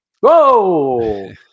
Whoa